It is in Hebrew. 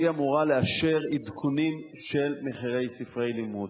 היא אמורה לאשר עדכונים של מחירי ספרי לימוד.